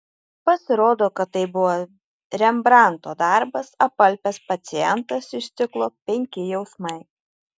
pasirodo kad tai buvo rembrandto darbas apalpęs pacientas iš ciklo penki jausmai